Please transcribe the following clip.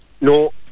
No